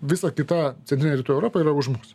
visa kita centrinė rytų europa yra už mūsų